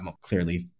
clearly